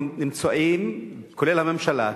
כולל הממשלה,